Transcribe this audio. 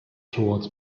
towards